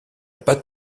pas